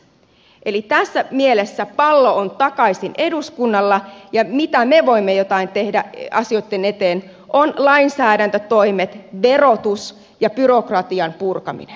eli tässä mielessä pallo on takaisin eduskunnalla ja mitä me voimme tehdä asioitten eteen ovat lainsäädäntötoimet verotus ja byrokratian purkaminen